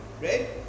right